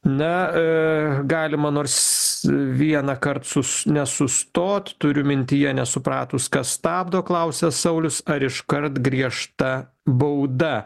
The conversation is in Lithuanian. na a galima nors vienąkart sus nesustot turiu mintyje nesupratus kas stabdo klausia saulius ar iškart griežta bauda